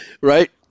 Right